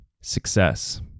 Success